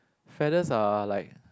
feathers are like